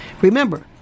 remember